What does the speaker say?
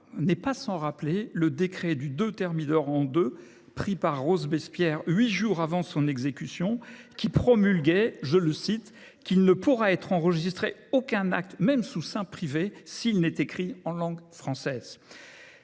n’est pas sans rappeler le décret du 2 thermidor an II, pris par Robespierre huit jours avant son exécution, qui disposait « qu’il ne pourra être enregistré aucun acte, même sous seing privé, s’il n’est écrit en langue française ».